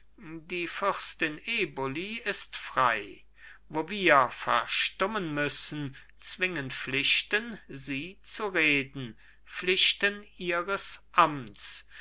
die fürstin eboli ist frei wo wir verstummen müssen zwingen pflichten sie zu reden pflichten ihres amts